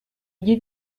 gli